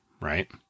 right